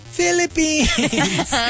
Philippines